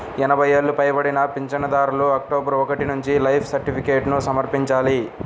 ఎనభై ఏళ్లు పైబడిన పింఛనుదారులు అక్టోబరు ఒకటి నుంచి లైఫ్ సర్టిఫికేట్ను సమర్పించాలి